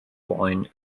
wine